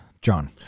john